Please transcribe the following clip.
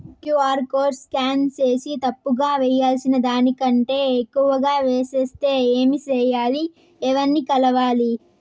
QR code scan సేసి తప్పు గా వేయాల్సిన దానికంటే ఎక్కువగా వేసెస్తే ఏమి సెయ్యాలి? ఎవర్ని కలవాలి?